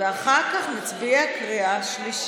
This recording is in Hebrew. ואחר כך נצביע בקריאה שלישית.